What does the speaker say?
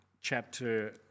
chapter